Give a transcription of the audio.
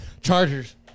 Chargers